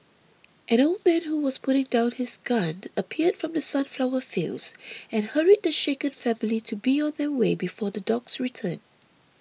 an old man who was putting down his gun appeared from the sunflower fields and hurried the shaken family to be on their way before the dogs return